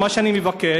מה שאני מבקש,